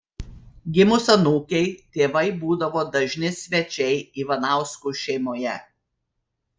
gimus anūkei tėvai būdavo dažni svečiai ivanauskų šeimoje